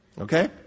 Okay